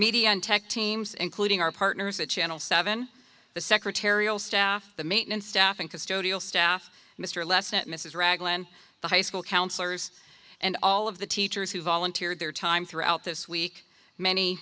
media and tech teams including our partners at channel seven the secretarial staff the maintenance staff and custodial staff mr lesson mrs ragland the high school counselors and all of the teachers who volunteered their time throughout this week many